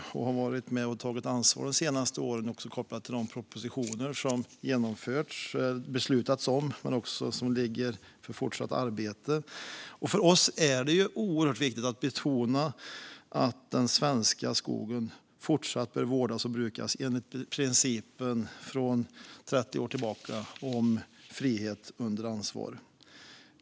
Vi har varit med och tagit ansvar de senaste åren kopplat till de propositioner som vi har beslutat om men även de som ligger för fortsatt arbete. För oss är det oerhört viktigt att betona att den svenska skogen fortsatt bör vårdas och brukas enligt principen från 30 år tillbaka om frihet under ansvar.